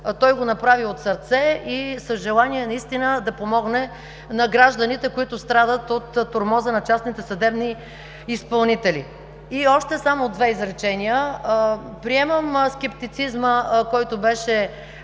Той го направи от сърце и с желание да помогне на гражданите, които страдат от тормоза на частните съдебни изпълнители. Още две изречения. Приемам скептицизма, който